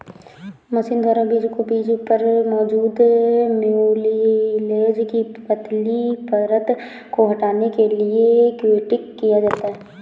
machine द्वारा बीज को बीज पर मौजूद म्यूसिलेज की पतली परत को हटाने के लिए किण्वित किया जाता है